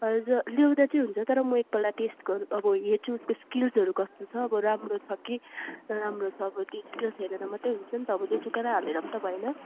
हजुर ल्याउँदा चाहिँ हुन्छ तर म एकपल्ट टेस्ट गर्नु अब हेर्छु उसको स्किल्सहरू कस्तो छ अब राम्रो छ कि नराम्रो छ अब स्किल्स हेरे र मात्रै हुन्छन् त अब जोसुकैलाई हालेर पनि त भएन